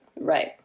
right